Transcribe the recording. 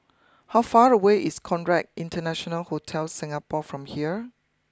how far away is Conrad International Hotel Singapore from here